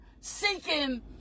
seeking